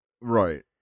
Right